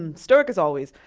and stark as always.